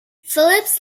philips